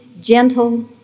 gentle